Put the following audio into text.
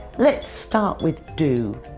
let's start with do.